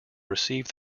receive